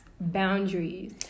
boundaries